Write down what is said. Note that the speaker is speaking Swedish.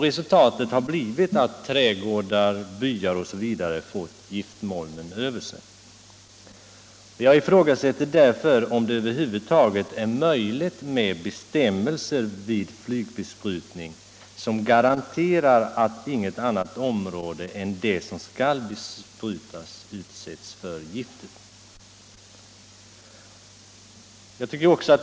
Resultatet har blivit att trädgårdar, byar osv. fått giftmolnen över sig. Jag ifrågasätter därför om det över huvud taget är möjligt att åstadkomma sådana bestämmelser vid flygbesprutning som garanterar att inget annat område än det som skall besprutas utsätts för giftet.